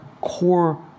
core